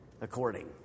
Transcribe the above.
according